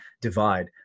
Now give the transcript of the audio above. divide